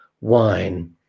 wine